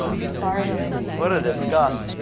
spiraling. and and what a disgust.